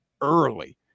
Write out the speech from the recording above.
early